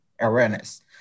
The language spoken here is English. awareness